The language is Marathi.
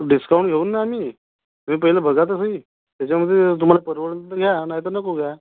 डिस्काउंट देऊ ना आम्ही तुम्ही पहिलं बघा तर सही त्याच्यामध्ये तुम्हाला परवडंल तर घ्या नाही तर नको घ्या